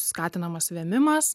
skatinamas vėmimas